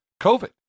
COVID